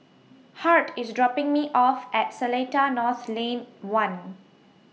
Hart IS dropping Me off At Seletar North Lane one